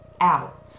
out